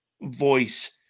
voice